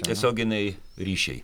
tiesioginiai ryšiai